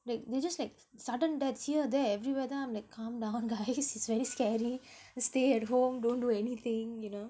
like they just like sudden deaths here there everywhere then I'm like calm down guys it's very scary just stay at home don't do anything you know